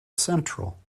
central